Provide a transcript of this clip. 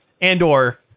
Andor